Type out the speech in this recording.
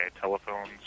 telephones